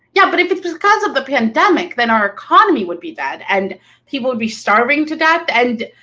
yeah, but if it's because of the pandemic, then our economy would be dead and people would be starving to death and,